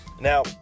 Now